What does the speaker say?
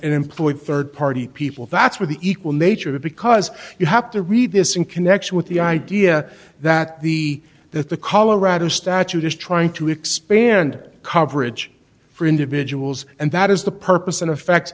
and employed third party people that's where the equal nature because you have to read this in connection with the idea that the that the colorado statute is trying to expand coverage for individuals and that is the purpose and effect